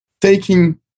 taking